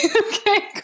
okay